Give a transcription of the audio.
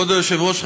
כבוד היושב-ראש,